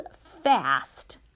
fast